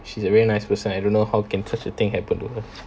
she's a very nice person I don't know how can such a thing happen to her